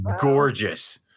gorgeous